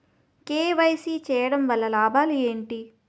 KYC చేయటం వలన లాభాలు ఏమిటి?